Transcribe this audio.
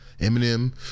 Eminem